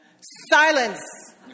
Silence